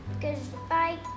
Goodbye